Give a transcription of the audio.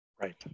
Right